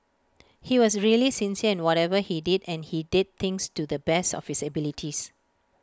he was really sincere in whatever he did and he did things to the best of his abilities